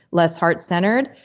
less heart-centered,